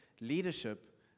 leadership